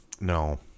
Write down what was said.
No